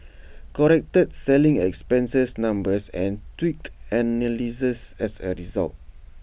corrected selling expenses numbers and tweaked analyses as A result